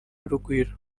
urugwiro